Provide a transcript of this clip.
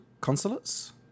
consulates